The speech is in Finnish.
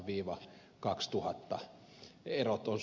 erot ovat suuret